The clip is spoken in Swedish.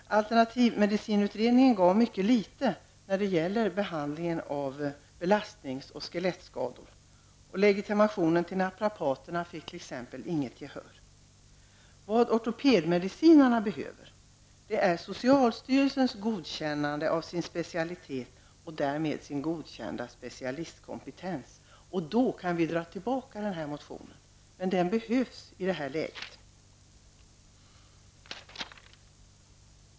Alternativmedicinutredningen gav mycket litet när det gäller behandling av belastnings och skelettskador. Kravet på legitimering av naprapater fick t.ex. inget gehör. Vad ortopedmedicinarna behöver är socialstyrelsens godkännande av deras verksamhet och därmed godkänd specialistkompetens. Då kan vi dra tillbaka vårt motionskrav, men det behövs i nuvarande läge.